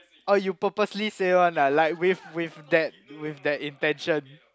orh you purposely say one lah like with with that with that intention